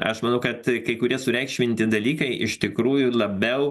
aš manau kad kai kurie sureikšminti dalykai iš tikrųjų labiau